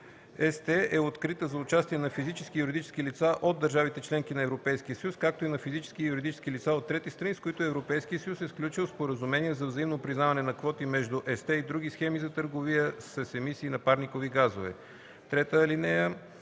ЕСТЕ е открита за участие на физически и юридически лица от държавите – членки на Европейския съюз, както и на физически и юридически лица от трети страни, с които Европейският съюз е сключил споразумения за взаимно признаване на квоти между ЕСТЕ и други схеми за търговия с емисии на парникови газове. (3)